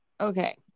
Okay